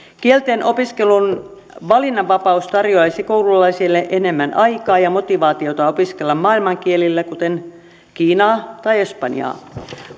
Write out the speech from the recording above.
kieltenopiskelun valinnanvapaus tarjoaisi koululaisille enemmän aikaa ja motivaatiota opiskella maailmankieliä kuten kiinaa tai espanjaa